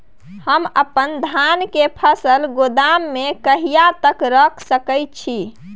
हम अपन धान के फसल गोदाम में कहिया तक रख सकैय छी?